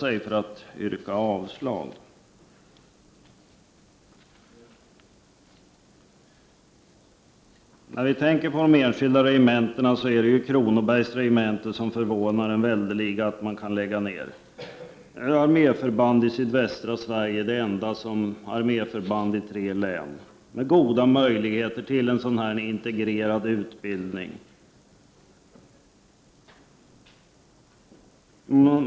Det förvånar oss mycket att man föreslår en nedläggning av Kronobergs regemente. Det är det enda arméförband i sydvästra Sverige som omfattar tre län, och det har goda möjligheter att bedriva en integrerad utbildning.